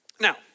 Now